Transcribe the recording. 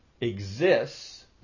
exists